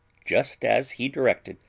just as he directed,